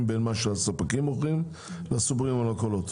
בין מה שהספקים מוכרים לסופרים והמכולות?